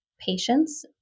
patience